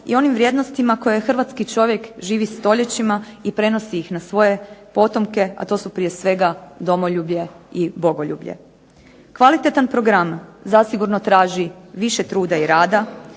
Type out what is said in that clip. i onim vrijednostima koji hrvatski čovjek živi stoljećima i prenosi ih na svoje potomke, a to su prije svega domoljublje i bogoljublje. Kvalitetan program zasigurno traži više truda i rada